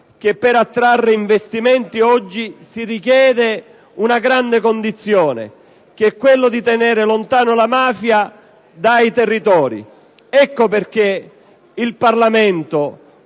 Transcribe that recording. che per attrarre investimenti oggi si richiede una condizione fondamentale: tenere lontana la mafia dai territori. Ecco perché il Parlamento,